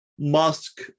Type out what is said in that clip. Musk